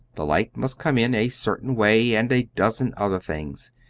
the light must come in a certain way, and a dozen other things.